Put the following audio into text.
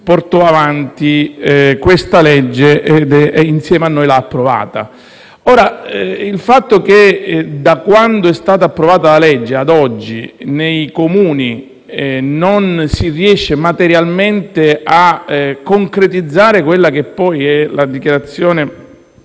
portò avanti questa legge e insieme a noi l'ha approvata. Il fatto che, da quando è stata approvata la legge a oggi, nei Comuni non si riescano materialmente a concretizzare le disposizioni